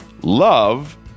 Love